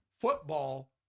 football